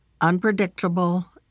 unpredictable